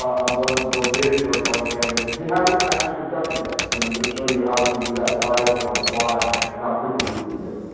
um i'm going to build a data storytelling canvas which we haven't actually constructed yet. and i'm going to show you how we can do that live and on the fly and how quickly you can do it.